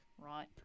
Right